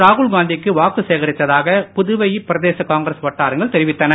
ராகுல் காந்திக்கு வாக்கு சேகரித்ததாக புதுவையில் பிரதேச காங்கிரஸ் வட்டாரங்கள் தெரிவித்தன